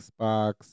xbox